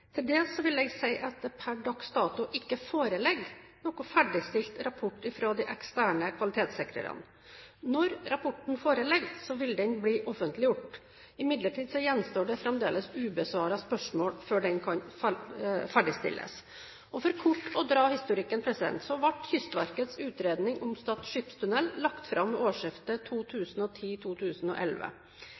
Til det vil jeg si at det per dags dato ikke foreligger noen ferdigstilt rapport fra de eksterne kvalitetssikrerne. Når rapporten foreligger, vil den bli offentliggjort. Imidlertid gjenstår det fremdeles ubesvarte spørsmål før den kan ferdigstilles. For kort å dra historikken ble Kystverkets utredning om Stad skipstunnel lagt fram